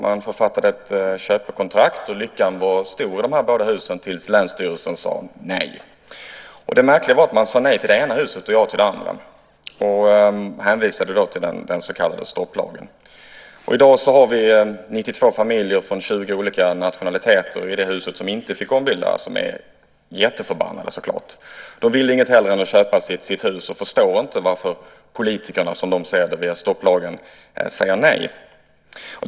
Man författade ett köpekontrakt, och lyckan var stor i de båda husen, tills länsstyrelsen sade nej. Det märkliga var att man sade nej till det ena huset och ja till det andra. Man hänvisade då till den så kallade stopplagen. I dag har vi 92 familjer av 20 olika nationaliteter i det hus som inte fick ombildas som är jätteförbannade så klart. De ville inget hellre än att få köpa sitt hus och förstår inte varför politikerna, som de säger om stopplagen, säger nej.